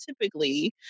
typically